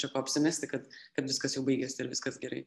čia ko apsimesti kad kad viskas jau baigėsi ir viskas gerai